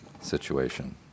situation